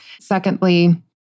Secondly